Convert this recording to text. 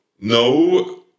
No